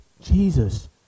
Jesus